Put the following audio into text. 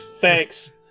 Thanks